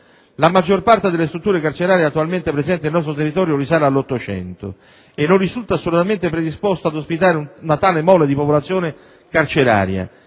La maggior parte delle strutture carcerarie attualmente presenti nel nostro territorio risale all'ottocento e non risulta assolutamente predisposta ad ospitare una tale mole di popolazione carceraria.